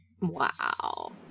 Wow